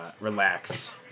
relax